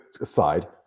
aside